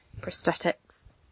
prosthetics